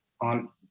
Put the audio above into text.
on